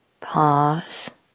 pause